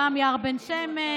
פעם יער בן שמן,